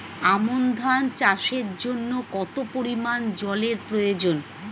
আমন ধান চাষের জন্য কত পরিমান জল এর প্রয়োজন?